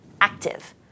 active